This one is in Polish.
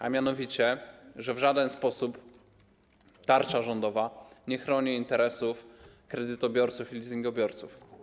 A mianowicie w żaden sposób tarcza rządowa nie chroni interesów kredytobiorców i leasingobiorców.